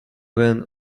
ran